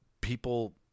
people